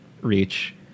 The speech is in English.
reach